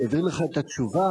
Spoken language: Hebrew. שהעביר לך את התשובה,